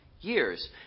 years